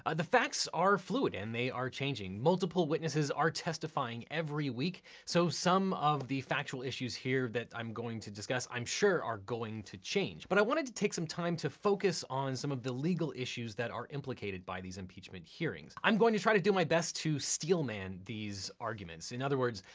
the facts are fluid and they are changing. multiple witnesses are testifying every week, so some of the factual issues here that i'm going to discuss i'm sure are going to change. but i wanted to take some time to focus on some of the legal issues that are implicated by these impeachment hearings. i'm going to try to do my best to steel man these arguments. in other words,